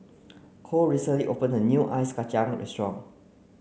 Kole recently opened a new Ice Kacang restaurant